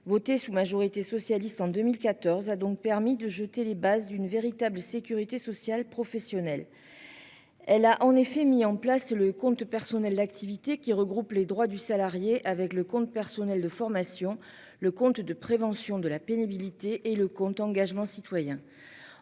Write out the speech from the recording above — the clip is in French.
votée sous majorité socialiste en 2014, a donc permis de jeter les bases d'une véritable sécurité sociale professionnelle. Elle a en effet mis en place le compte personnel d'activité qui regroupe les droits du salarié, avec le compte personnel de formation. Le compte de prévention de la pénibilité et le compte engagement citoyen.